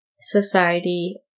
society